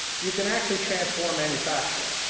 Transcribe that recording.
you can actually transform manufacturing.